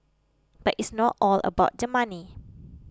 but it's not all about the money